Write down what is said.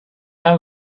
have